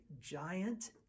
giant